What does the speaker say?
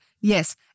yes